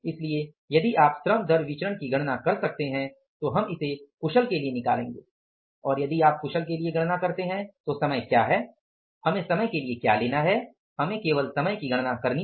इसलिए यदि आप श्रम दर विचरण की गणना कर सकते हैं तो हम इसे कुशल के लिए निकालेंगे और यदि आप कुशल के लिए गणना करते हैं तो समय क्या है हमें समय के लिए क्या लेना है हमें केवल समय की गणना करनी है